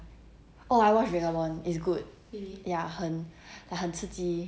oh I watched vagabond it's good ya 很 like 很刺激